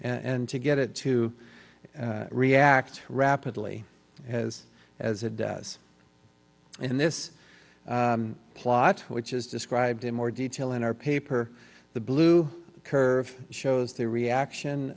and to get it to react rapidly as as it does in this plot which is described in more detail in our paper the blue curve shows the reaction